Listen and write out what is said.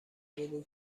بگو